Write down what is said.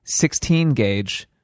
16-gauge